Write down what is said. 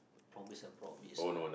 promise is promise